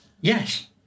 Yes